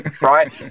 right